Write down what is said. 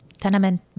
tenement